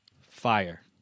Fire